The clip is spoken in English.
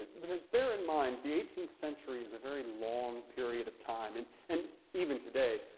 because bear in mind, the eighteenth century is a very long period of time and and even today,